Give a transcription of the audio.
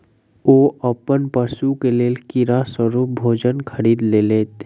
ओ अपन पशु के लेल कीड़ा स्वरूप भोजन खरीद लेलैत